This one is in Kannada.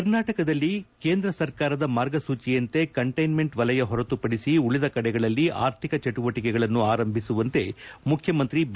ಕೇಂದ್ರ ಸರ್ಕಾರದ ಮಾರ್ಗಸೂಜಿಯಂತೆ ಕಂಟ್ಟೆನ್ಸೆಂಟ್ ವಲಯ ಹೊರತುಪಡಿಸಿ ಉಳಿದ ಕಡೆಗಳಲ್ಲಿ ಆರ್ಥಿಕ ಚಟುವಟಿಕೆಗಳನ್ನು ಆರಂಭಿಸುವಂತೆ ಮುಖ್ಯಮಂತ್ರಿ ಬಿ